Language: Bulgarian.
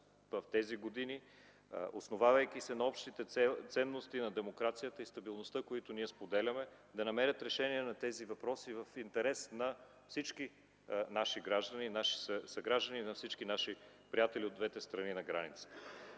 в тези години, основавайки се на общите ценности на демокрацията и стабилността, които ние споделяме, да намерят решение на тези въпроси в интерес на всички наши съграждани, на всички наши приятели от двете страни на границата.